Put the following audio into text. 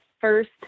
first